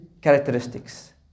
characteristics